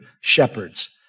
shepherds